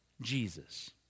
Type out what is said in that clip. Jesus